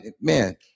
Man